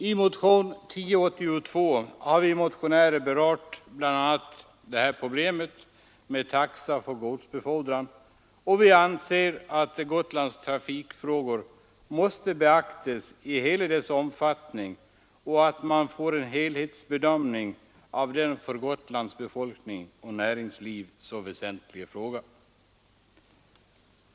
I motion 1082 har vi motionärer berört bl.a. detta problem med taxa för godsbefordran, och vi anser att Gotlands trafikfrågor måste beaktas i hela sin omfattning så att man får en helhetsbedömning av denna för Gotlands befolkning och näringsliv så väsentliga fråga.